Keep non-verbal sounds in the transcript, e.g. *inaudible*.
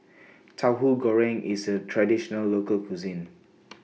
Tauhu Goreng IS A Traditional Local Cuisine *noise*